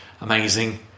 Amazing